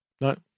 no